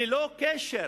ללא קשר